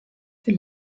für